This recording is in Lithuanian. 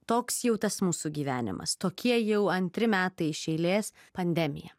toks jau tas mūsų gyvenimas tokie jau antri metai iš eilės pandemija